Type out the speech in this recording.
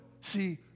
see